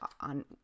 on